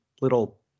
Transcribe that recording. little